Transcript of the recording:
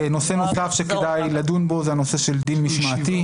נושא נוסף שכדאי לדון בו זה הנושא של דין משמעתי.